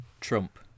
Trump